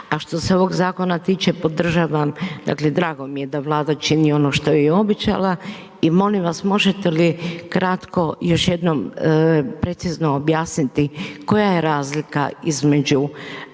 a što se ovog zakona tiče, podržavam, dakle drago mi je da Vlada čini ono što je i obećala i molim vas možete li kratko još jednom precizno objasniti koja je razlika između